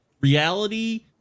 reality